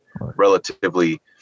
relatively